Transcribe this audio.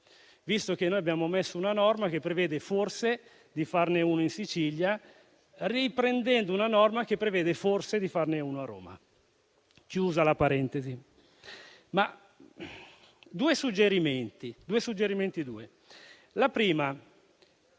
dei tre. Noi abbiamo inserito una norma che prevede, forse, di farne uno in Sicilia, riprendendo una norma che prevede, forse, di farne uno a Roma. Chiusa la parentesi. Due suggerimenti. Il primo